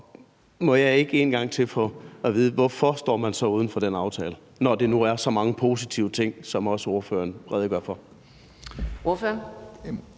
Må jeg ikke en gang til få at vide: Hvorfor står man så uden for den aftale, når der nu er så mange positive ting, som også ordføreren redegør for?